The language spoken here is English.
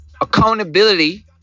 accountability